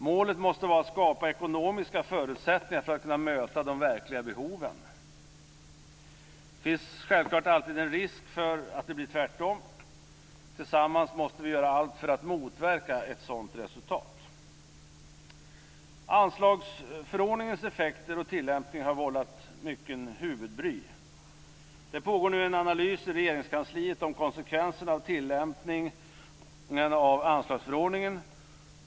Målet måste vara att skapa ekonomiska förutsättningar för att kunna möta de verkliga behoven. Det finns självfallet alltid en risk för att det blir tvärtom. Tillsammans måste vi göra allt för att motverka ett sådant resultat. Anslagsförordningens effekter och tillämpning har vållat mycken huvudbry. Det pågår nu en analys i Regeringskansliet om konsekvenserna av tillämpningen av anslagsförordningen.